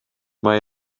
mae